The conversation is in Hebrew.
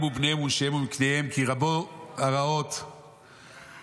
הם ובניהם ונשיהם ומקניהם כי רבו הרעות עליהם.